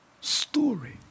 story